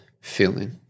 feeling